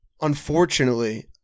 unfortunately